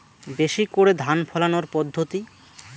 বেশি করে ধান ফলানোর পদ্ধতি?